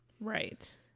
Right